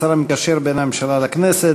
השר המקשר בין הממשלה לכנסת,